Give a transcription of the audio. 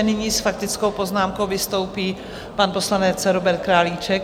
Nyní s faktickou poznámkou vystoupí pan poslanec Robert Králíček.